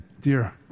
dear